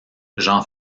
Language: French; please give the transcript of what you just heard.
jean